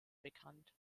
bekannt